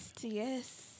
Yes